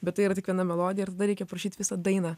bet tai yra tik viena melodija ir tada reikia parašyt visą dainą